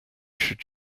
should